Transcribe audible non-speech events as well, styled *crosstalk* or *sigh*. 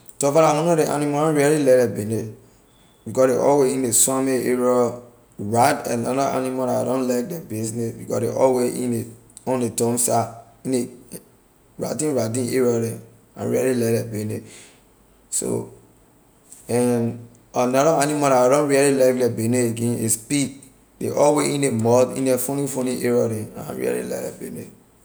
Dufar la one of ley animal I na really like leh business because ley always in ley swampy area rat another animal that I don’t like their business because ley always in ley on ley dump site in ley *hesitation* rotten rotten area neh I really like la business so and another la I don’t really like their business again is pig ley always in ley mud in ley funny funny area neh I na really like their business.